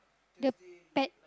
the pet